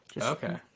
Okay